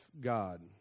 God